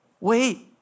wait